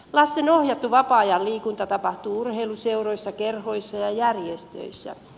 lasten ohjattu vapaa ajan liikunta tapahtuu urheiluseuroissa kerhoissa ja järjestöissä